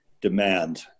demand